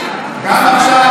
גם עכשיו,